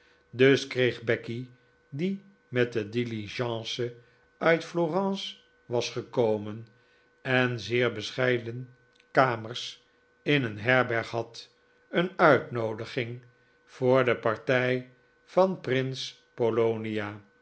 dus kreeg becky die met de diligence uit florence was gekomen en zeer bescheiden kamers in een herberg had een uitnoodiging voor de partij van prins polonia